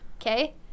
Okay